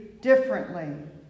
differently